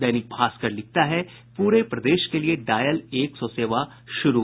दैनिक भास्कर लिखता है पूरे प्रदेश के लिए डॉयल एक सौ सेवा शुरू